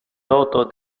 toto